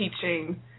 teaching